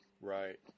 Right